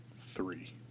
Three